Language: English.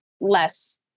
less